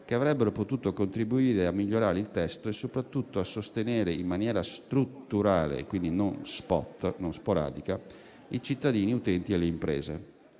che avrebbero potuto contribuire a migliorare il testo e soprattutto a sostenere in maniera strutturale - quindi non *spot*, non sporadica - i cittadini utenti e le imprese: